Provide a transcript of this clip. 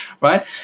right